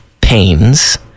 pains